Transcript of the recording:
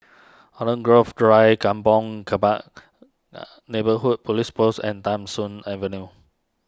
Holland Grove Drive Kampong Kembangan Neighbourhood Police Post and Tham Soong Avenue